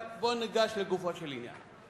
אבל בואו ניגש לגופו של עניין.